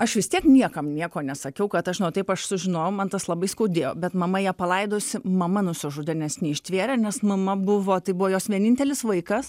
aš vis tiek niekam nieko nesakiau kad aš žinau taip aš sužinojau man tas labai skaudėjo bet mama ją palaidojusi mama nusižudė nes neištvėrė nes mama buvo tai buvo jos vienintelis vaikas